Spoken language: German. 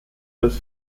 als